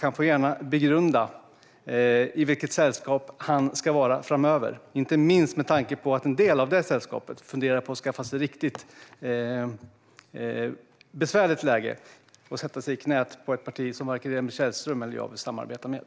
Han får gärna begrunda i vilket sällskap han ska vara framöver - inte minst med tanke på att en del av det sällskapet funderar på att skaffa sig ett riktigt besvärligt läge genom att sätta sig i knäet på ett parti som varken Emil Källström eller jag vill samarbeta med.